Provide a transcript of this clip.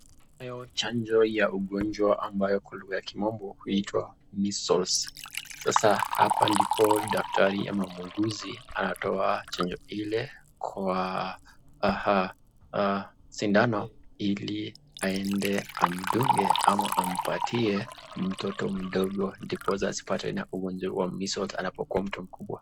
chanjo ya ugonjwa ambayo kwa lugha ya kimombo huitwa measles . Sasa hapa ndipo daktari ama muuguzi anatoa chanjo ile kwa sindano ili aende amndunge ama ampatie mtoto mdogo ndiposa asipate na ugonjwa wa measles anapokuwa mtu mkubwa.